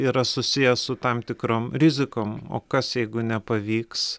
yra susijęs su tam tikrom rizikom o kas jeigu nepavyks